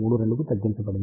32 కు తగ్గించబడింది